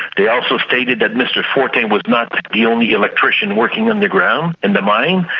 they also stated that mr fortin was not the only electrician working underground in the mine,